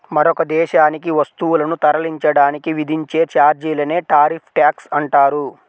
మరొక దేశానికి వస్తువులను తరలించడానికి విధించే ఛార్జీలనే టారిఫ్ ట్యాక్స్ అంటారు